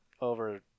over